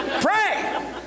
pray